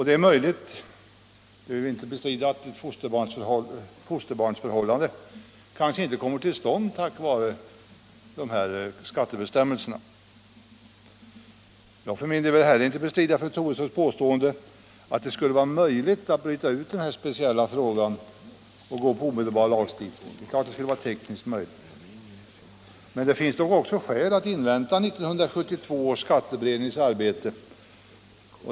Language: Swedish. Det är möjligt — jag vill inte bestrida det — att ett fosterbarnsförhållande kanske inte kommer till stånd på grund av dessa skattebestämmelser. Jag vill heller inte bestrida fru Troedssons påstående att det skulle vara möjligt att bryta ut denna speciella fråga och gå på omedelbar lagstiftning. Men det finns nog också skäl att invänta 1972 års skatteutrednings arbete.